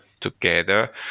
together